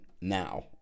now